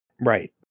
Right